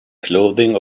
clothing